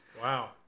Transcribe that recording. wow